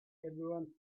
everyone